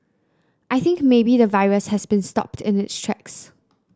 I think maybe the virus has been stopped in its tracks